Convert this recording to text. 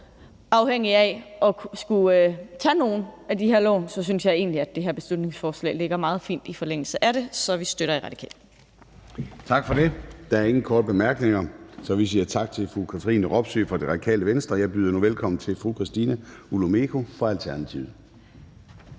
afhængige af at skulle tage nogle af de her lån, så ligger det her beslutningsforslag meget fint i forlængelse af det. Så i Radikale støtter vi det. Kl. 19:51 Formanden (Søren Gade): Tak for det. Der er ingen korte bemærkninger, så vi siger tak til fru Katrine Robsøe fra Radikale Venstre. Jeg byder nu velkommen til fru Christina Olumeko fra Alternativet.